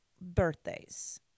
birthdays